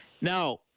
now